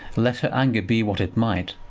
let her anger be what it might,